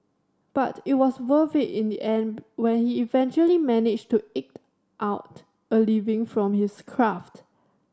but it was worth it in the end when he eventually managed to eke out a living from his craft